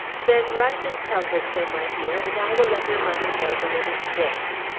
then write and tell her so, my dear, and i will let your mother know that it is fixed.